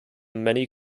many